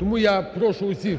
Тому я прошу усіх